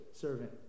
servant